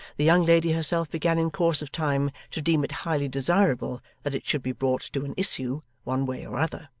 the young lady herself began in course of time to deem it highly desirable, that it should be brought to an issue one way or other.